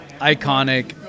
iconic